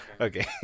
Okay